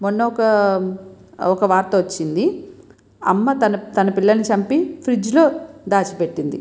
మొన్న ఒక ఒక వార్త వచ్చింది అమ్మ తన తన పిల్లలని చంపి ఫ్రిడ్జ్లో దాచిపెట్టింది